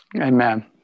Amen